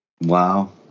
Wow